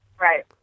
right